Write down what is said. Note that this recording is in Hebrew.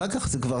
אחר כך זה כבר,